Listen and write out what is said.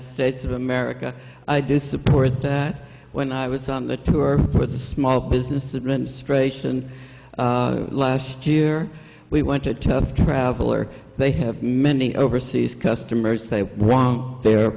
states of america i do support that when i was on the tour for the small business administration last year we went to a tough traveler they have many overseas customers they wrong their